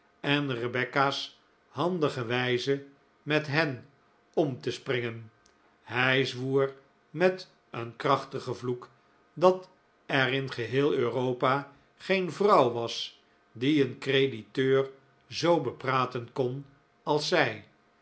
en rebecca's handige wijze met hen om te springen hij zwoer met een krachtigen vloek dat er in geheel europa geen vrouw was die een crediteur zoo bepraten kon als zij